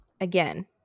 Again